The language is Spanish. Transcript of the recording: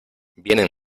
vienen